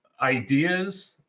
ideas